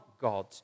God